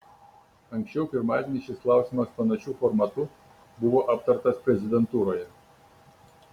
anksčiau pirmadienį šis klausimas panašiu formatu buvo aptartas prezidentūroje